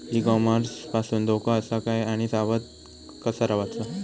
E commerce पासून धोको आसा काय आणि सावध कसा रवाचा?